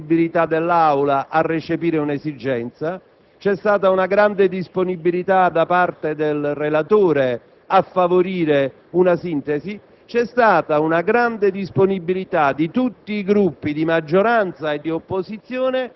stato possibile perché c'è stata una grande disponibilità dell'Aula a recepire un'esigenza, c'è stata una grande disponibilità da parte del relatore a favorire una sintesi